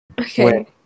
Okay